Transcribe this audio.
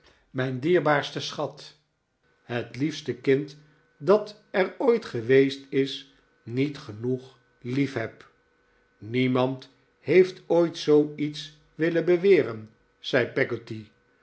mijn dierbaarsten schat het liefste kind dat er ooit geweest is niet genoeg liefheb niemand heeft ooit zooiets willen beweren zei